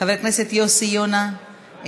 חברת הכנסת קסניה סבטלובה, אינה נוכחת,